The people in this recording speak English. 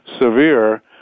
severe